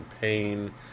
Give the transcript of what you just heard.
pain